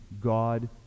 God